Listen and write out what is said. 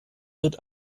wird